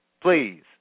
Please